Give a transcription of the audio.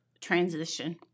transition